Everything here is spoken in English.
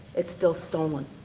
it's still stolen.